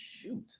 shoot